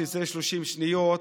שזה 30 שניות,